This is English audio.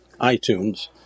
iTunes